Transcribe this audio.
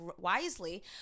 wisely